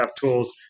tools